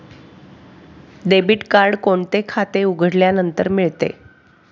Debit card कोणते खाते उघडल्यानंतर मिळते?